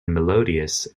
melodious